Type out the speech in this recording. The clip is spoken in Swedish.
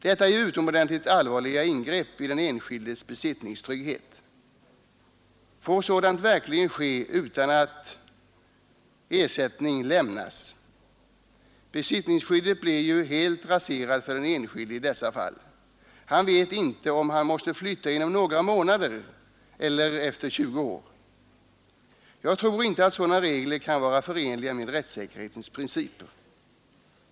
Detta är ju utomordentligt allvarliga ingrepp i den enskildes besittningstrygghet. Får sådant verkligen ske utan att ersättning lämnas? Besittningsskyddet blir ju helt raserat för den enskilde i dessa fall. Han vet ju inte om han måste flytta inom några månader eller efter 20 år. Jag tror inte att sådana regler kan vara förenliga med rättssäkerhetens principer.